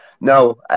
No